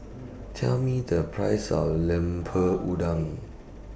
Tell Me The Price of Lemper Udang